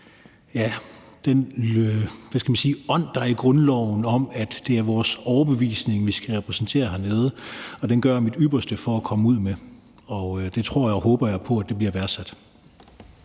man sige, ånd, der er i grundloven, om, at det er vores overbevisning, vi skal repræsentere hernede, og den gør jeg mit ypperste for at komme ud med. Det tror jeg og håber jeg på bliver værdsat.